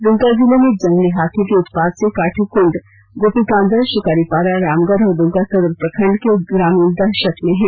दमका जिले में एक जंगली हाथी के उत्पात से काठीकंड गोपीकांदर शिकारीपाडा रामगढ और दमका सदर प्रखंड के ग्रामीण दहशत में हैं